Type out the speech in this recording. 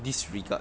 disregard